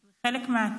הם חלק מהעתיד,